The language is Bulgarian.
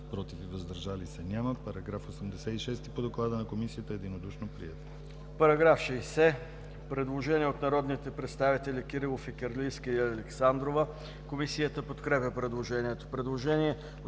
против и въздържали се няма. Параграф 86 по доклада на Комисията единодушно е приет. ДОКЛАДЧИК ДАНАИЛ КИРИЛОВ: Параграф 60. Предложение от народните представители Кирилов, Фикирлийска и Александрова. Комисията подкрепя предложението. Предложение